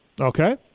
Okay